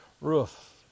roof